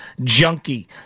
junkie